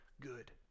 good